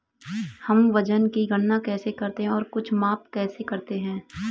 हम वजन की गणना कैसे करते हैं और कुछ माप कैसे करते हैं?